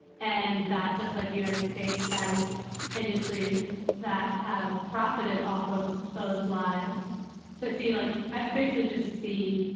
and that just like the united states has industries that have profited off of those lies so c like i basically just see.